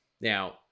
Now